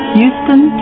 Houston